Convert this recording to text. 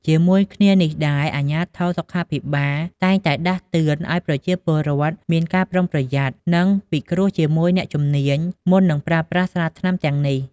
ជាមួយគ្នានេះដែរ អាជ្ញាធរសុខាភិបាលតែងតែដាស់តឿនឲ្យប្រជាពលរដ្ឋមានការប្រុងប្រយ័ត្ន និងពិគ្រោះជាមួយអ្នកជំនាញ មុននឹងប្រើប្រាស់ស្រាថ្នាំទាំងនេះ។